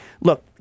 look